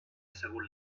assegut